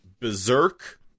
berserk